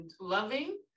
loving